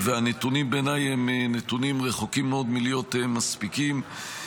ובעיניי, הנתונים רחוקים מאוד מלהיות מספיקים.